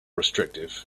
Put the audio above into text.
restrictive